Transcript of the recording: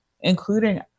including